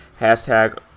hashtag